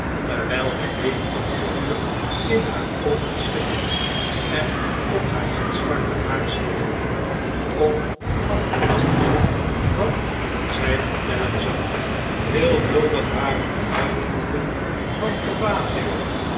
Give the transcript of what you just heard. terwijl het licht van het vuur in haar oogen schitterde en op haar gitzwarte haren spiegelde om af te wachten wat zij vertellen zou veelvuldig waren de uitroepen van verbazing